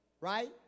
Right